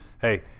hey –